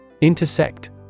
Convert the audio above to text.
Intersect